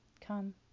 Come